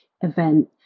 event